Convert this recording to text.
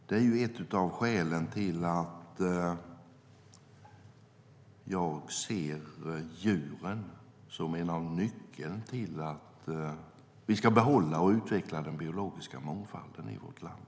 Det är ett av skälen till att jag ser djuren som en av nycklarna till att vi ska behålla och utveckla den biologiska mångfalden i vårt land.